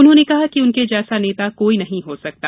उन्होंने कहा कि उनके जैसा नेता कोई नहीं हो सकता